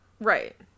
Right